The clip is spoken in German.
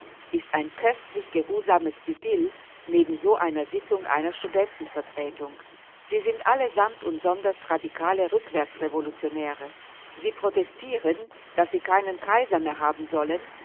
ist ein köstlich geruhsames idyll neben so einer sitzung einer studentenvertretung sie sind alle samt und sonders radikale rückwärts-revolutionäre sie protestieren daß sie keinen kaiser mehr haben sollen